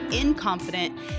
incompetent